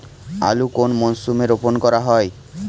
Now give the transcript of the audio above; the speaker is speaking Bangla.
আলু কোন মরশুমে রোপণ করা হয়?